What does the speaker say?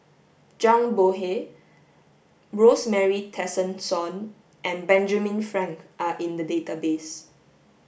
Zhang Bohe Rosemary Tessensohn and Benjamin Frank are in the database